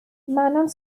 manon